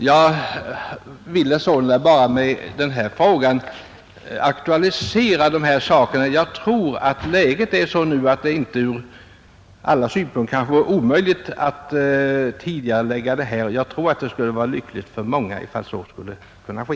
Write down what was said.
Jag ville med denna fråga aktualisera dessa saker. Jag tror att läget nu är sådant att det inte vore omöjligt att göra en tidigareläggning, och det skulle säkert vara lyckligt för många, om så kunde ske.